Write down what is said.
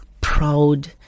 proud